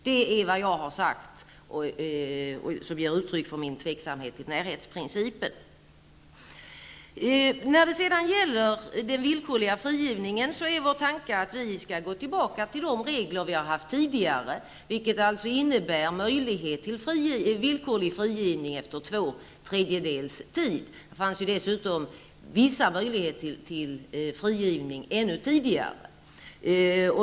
Det är vad jag har sagt, vilket ger uttryck för mitt tvivel beträffande närhetsprincipen. När det gäller den villkorliga frigivningen är vår tanke att vi skall gå tillbaka till de regler vi har haft tidigare, vilket alltså innebär möjlighet till villkorlig frigivning efter två tredjedelar av tiden. Det fanns dessutom viss möjlighet till frigivning ännu tidigare.